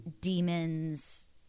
demons